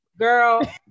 Girl